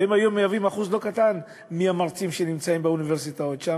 והם היום אחוז לא קטן מהמרצים שנמצאים באוניברסיטאות שם,